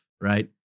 right